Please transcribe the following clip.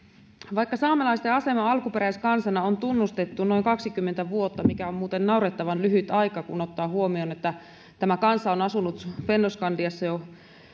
vaikka saamelaisten asema alkuperäiskansana on tunnustettu noin kaksikymmentä vuotta mikä on muuten naurettavan lyhyt aika kun ottaa huomioon että tämä kansa on asunut fennoskandiassa jo